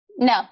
No